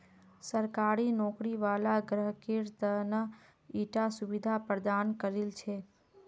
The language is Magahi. सरकारी नौकरी वाला ग्राहकेर त न ईटा सुविधा प्रदान करील छेक